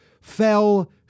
fell